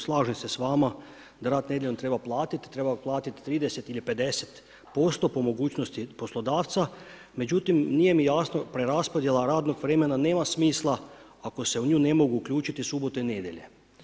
Slažem se s vama, rad nedjeljom treba platit, treba platit 30 ili 50%, po mogućnosti poslodavca, međutim nije mi jasno preraspodjela radnog vremena nema smisla ako se u nju ne mogu uključiti subote i nedjelje.